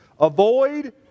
Avoid